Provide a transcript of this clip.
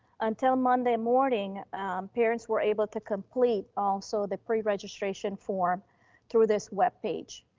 until monday morning parents were able to complete also the preregistration form through this webpage.